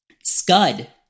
scud